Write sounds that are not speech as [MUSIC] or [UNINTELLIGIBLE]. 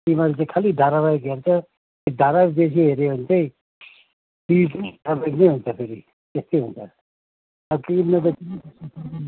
तिमीहरू चाहिँ खालि धारावाहिक हेर्छ धारावाहिक बेसी हेऱ्यो भने चाहिँ टिभी पनि [UNINTELLIGIBLE] हुन्छ फेरि त्यस्तै हुन्छ अब [UNINTELLIGIBLE]